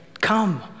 come